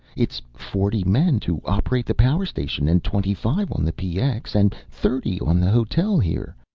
it's forty men to operate the power station, and twenty-five on the px, and thirty on the hotel here.